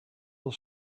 will